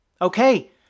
Okay